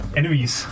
enemies